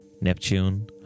Neptune